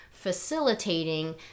facilitating